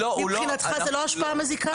מבחינתך זו לא השפעה מזיקה?